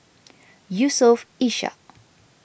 Yusof Ishak